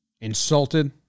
Insulted